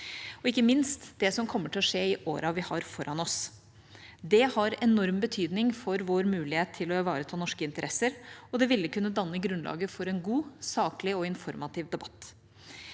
og ikke minst det som kommer til å skje i årene vi har foran oss. Det har enorm betydning for vår mulighet til å ivareta norske interesser, og det ville kunne danne grunnlaget for en god, saklig og informativ debatt.